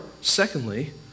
secondly